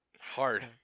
Hard